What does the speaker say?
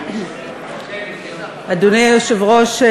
אדוני היושב-ראש,